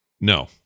No